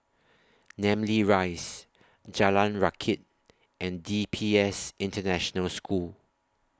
Namly Rise Jalan Rakit and D P S International School